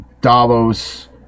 Davos